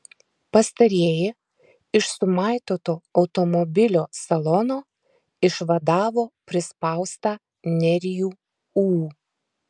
pastarieji iš sumaitoto automobilio salono išvadavo prispaustą nerijų ū